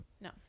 No